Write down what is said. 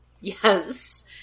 Yes